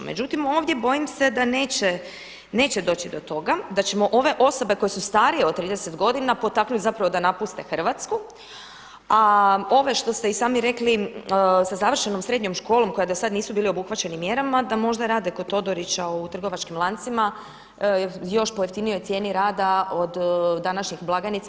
Međutim, ovdje bojim se da neće doći do toga, da ćemo ove osobe koje su starije od 30 godina potaknuti da napuste Hrvatsku, a ove što ste i sami rekli sa završenom srednjom školom koja do sada nisu bili obuhvaćeni mjerama da možda rade kod Todorića u trgovačkim lancima još po jeftinijoj cijeni rada od današnjih blagajnica.